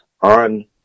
on